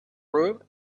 room